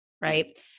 Right